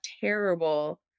terrible